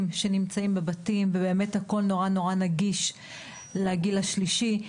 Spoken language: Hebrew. שנמצאים בבתים והכול נורא נגיש לגיל השלישי.